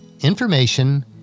information